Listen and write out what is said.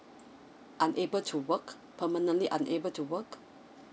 unable to work permanently unable to work